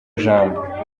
jambo